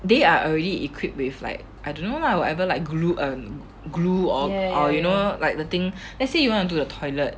they are already equipped with like I don't know lah whatever like glue and glue or or you know like the thing let's say you want to do the toilet